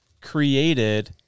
created